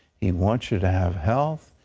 he wants you to have health.